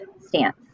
stance